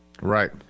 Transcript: Right